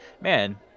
man